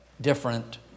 different